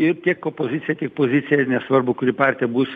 ir tiek opozicija tiek pozicija nesvarbu kuri partija bus